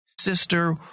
sister